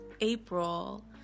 April